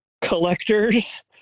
collectors